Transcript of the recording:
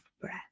breath